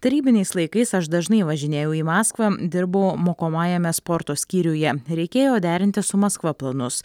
tarybiniais laikais aš dažnai važinėjau į maskvą dirbau mokomajame sporto skyriuje reikėjo derinti su maskva planus